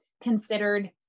considered